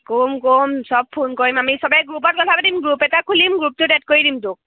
ক'ম ক'ম চব ফোন কৰিম আমি চবেই গ্ৰুপত কথা পাতিম গ্ৰুপ এটা খুলিম গ্ৰুপটোত এড কৰি দিম তোক